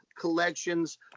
collections